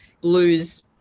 blues